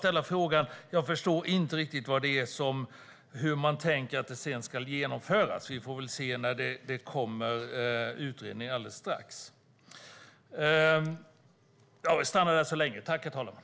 Jag förstår inte riktigt hur man tänker att det sedan ska genomföras. Vi får väl se när utredningen alldeles strax kommer.